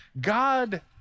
God